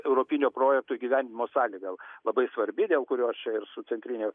europinio projekto gyvenimo sąlyga labai svarbi dėl kurios ir su centrine